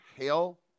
hell